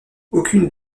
aucune